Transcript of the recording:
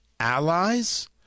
Allies